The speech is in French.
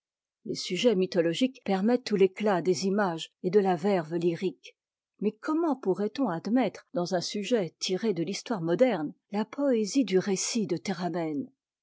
les sujets mythologiques permettent tout i'éciat des images et de la verve lyrique mais comment pourrait-on admettre dans un sujet tiré de l'histoire moderne la poésie du récit de